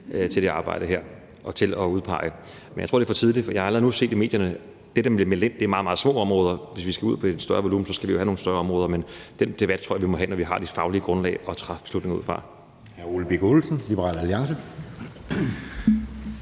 til det arbejde her og til at udpege områder. Men jeg tror, det er for tidligt, for jeg har allerede nu set i medierne, at det, der bliver meldt ind, er meget, meget små områder. Hvis vi skal ud med en større volumen, skal vi jo have nogle større områder, men den debat tror jeg vi må have, når vi har det faglige grundlag at træffe beslutningen på.